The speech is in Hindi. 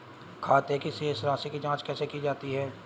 खाते की शेष राशी की जांच कैसे की जाती है?